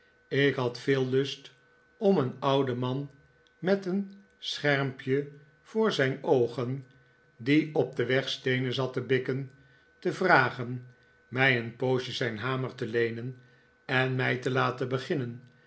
ik had veel lust om een ouden man met een schermpje voor zijn oogen die op den weg steenen zat te bikken te vragen mij een poosje zijn hamer te leenen en mij te laten beginnen